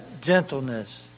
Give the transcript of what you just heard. gentleness